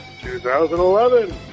2011